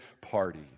party